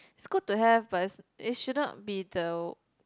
it's good to have but it's it should not be the